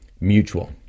Mutual